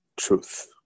truth